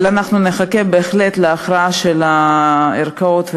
אבל אנחנו נחכה בהחלט להכרעה של הערכאה המשפטית,